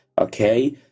okay